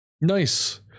nice